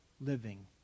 living